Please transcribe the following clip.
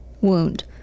wound